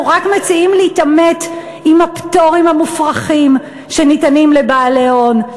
אנחנו רק מציעים להתעמת עם הפטורים המופרכים שניתנים לבעלי הון,